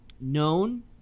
known